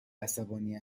عصبانی